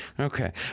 okay